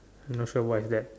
I'm not sure what is that